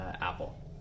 Apple